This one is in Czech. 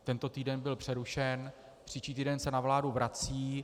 Tento týden byl přerušen, příští týden se na vládu vrací.